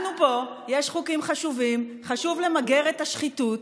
אנחנו פה, יש חוקים חשובים, חשוב למגר את השחיתות,